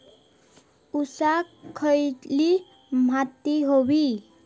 ऊसाक खयली माती व्हयी?